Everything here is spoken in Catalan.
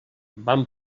vam